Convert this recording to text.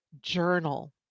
journal